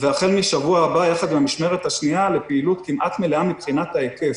והחל משבוע הבא ביחד עם המשמרת השנייה לפעילות כמעט מלאה מבחינת ההיקף.